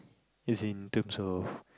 as in terms of